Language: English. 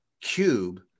cube